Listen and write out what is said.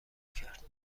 کرد